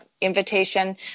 invitation